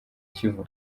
kivu